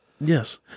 Yes